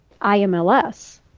IMLS